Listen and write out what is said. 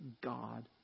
God